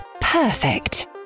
Perfect